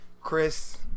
Chris